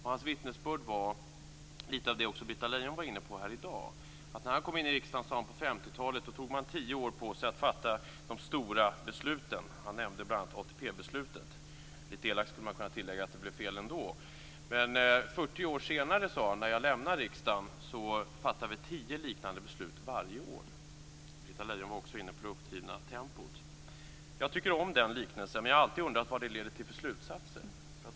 Hans vittnesbörd var lite av det som också Britta Lejon var inne på här i dag. När han kom in i riksdagen på 1950-talet tog man tio år på sig att fatta de stora besluten. Han nämnde bl.a. ATP-beslutet. Lite elakt skulle man kunna tillägga att det blev fel ändå. Men 40 år senare, när han lämnade riksdagen, fattade man tio liknande beslut varje år. Britta Lejon var också inne på det uppdrivna tempot. Jag tycker om den liknelsen, men jag har alltid undrat vad det leder till för slutsatser.